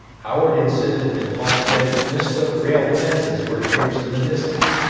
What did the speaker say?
howard insisted that halstead mistook rail fences for troops in the distance.